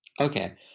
Okay